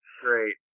Great